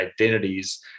identities